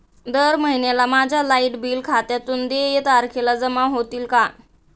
दर महिन्याला माझ्या लाइट बिल खात्यातून देय तारखेला जमा होतील का?